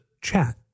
chat